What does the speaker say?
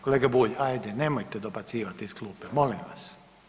Kolega Bulj, ajde nemojte dobacivati iz klupe, molim vas.